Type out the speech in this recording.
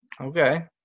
Okay